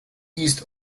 east